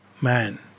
man